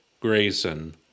Grayson